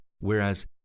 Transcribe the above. Whereas